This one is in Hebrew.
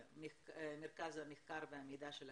ממרכז המחקר המידע של הכנסת,